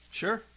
sure